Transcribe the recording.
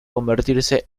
convertirse